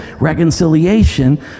reconciliation